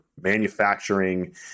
manufacturing